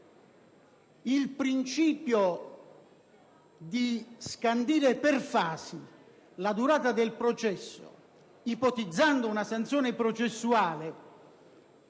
il principio di scandire per fasi la durata del processo, ipotizzando una sanzione processuale,